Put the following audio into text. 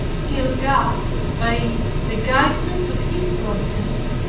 till god, by the guidance of his providence,